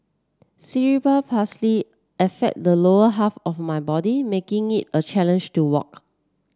cerebral affect the lower half of my body making it a challenge to walk